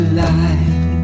light